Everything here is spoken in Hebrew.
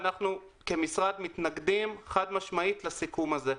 ואנחנו כמשרד מתנגדים חד משמעית לסיכום הזה.